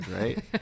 right